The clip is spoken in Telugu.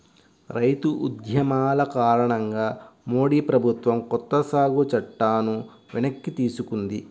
రైతు ఉద్యమాల కారణంగా మోడీ ప్రభుత్వం కొత్త సాగు చట్టాలను వెనక్కి తీసుకుంది